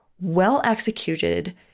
well-executed